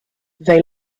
they